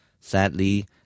Sadly